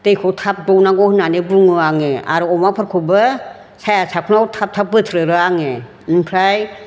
दैखौ थाब दौनांगौ होननानै बुङो आङो आरो अमाफोरखौबो साया सायख्लुमाव थाब थाब बोथ्रोदो आङो ओमफ्राय